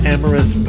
Amorous